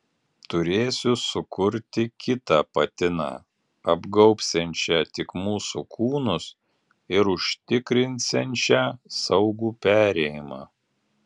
turėsiu sukurti kitą patiną apgaubsiančią tik mūsų kūnus ir užtikrinsiančią saugų perėjimą